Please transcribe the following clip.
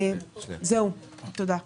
תודה.